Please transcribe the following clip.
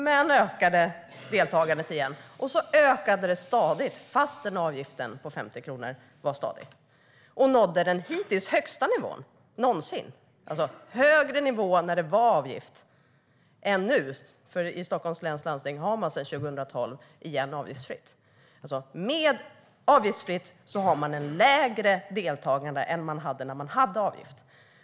Men deltagandet ökade igen. Sedan ökade det stadigt fastän avgiften på 50 kronor var kvar. Det nådde den hittills högsta nivån någonsin. Det var alltså högre nivå när det var avgift än nu. I Stockholms läns landsting har man sedan 2012 igen avgiftsfritt. Med avgiftsfritt har man ett lägre deltagande än vad man hade när man hade avgift.